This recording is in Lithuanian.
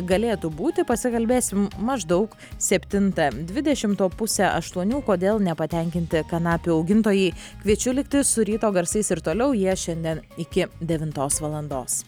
galėtų būti pasikalbėsim maždaug septintą dvidešimt o pusę aštuonių kodėl nepatenkinti kanapių augintojai kviečiu likti su ryto garsais ir toliau jie šiandien iki devintos valandos